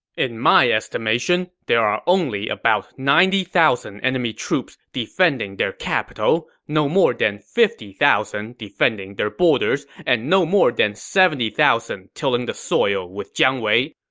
in my estimation, there are only about ninety thousand enemy troops defending their capital, capital, no more than fifty thousand defending their borders, and no more than seventy thousand tilling the soil with jiang wei.